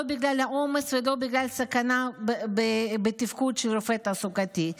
לא בגלל העומס ולא בגלל הסכנה בתפקוד של רופא תעסוקתי.